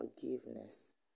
forgiveness